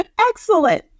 Excellent